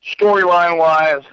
storyline-wise